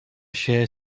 się